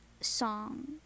song